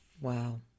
Wow